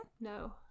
No